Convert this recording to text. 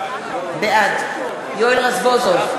בעד יואל רזבוזוב,